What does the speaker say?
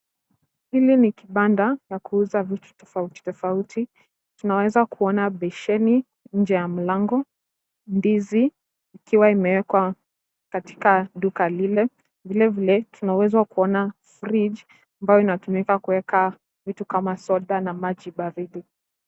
Hili ni kibanda la kuuza vitu tofautitofauti. Tunaweza kuona besheni nje ya mlango, ndizi ikiwa imewekwa katika duka lile. Vilevile tuna uwezo wa kuona fridge ambayo inatumika kuweka vitu kama soda na maji baridi.